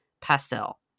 pastel